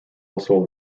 also